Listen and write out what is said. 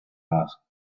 asked